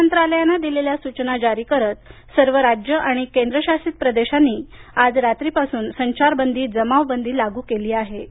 गृह मंत्रालयानं दिलेल्या सूचना जारी करत सर्व राज्य आणि केंद्रशासित प्रदेशांनी आज रात्रीपासून संचारबंदी जमावबंदी लागू केली आहे